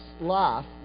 life